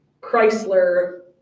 Chrysler